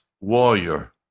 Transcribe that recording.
warrior